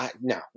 no